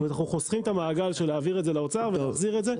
זאת אומרת אנחנו חוסכים את המעגל של העברה לאוצר והחזרה של זה.